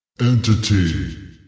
Entity